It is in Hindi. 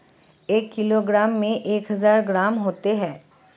एक किलोग्राम में एक हज़ार ग्राम होते हैं